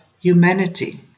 humanity